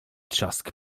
trzask